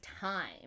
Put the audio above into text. time